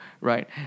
right